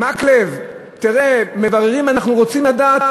מקלב, תראה, מבררים, אנחנו רוצים לדעת.